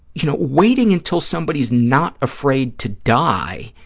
you know, waiting until somebody's not afraid to die